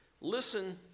listen